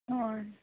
हय